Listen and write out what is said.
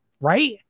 Right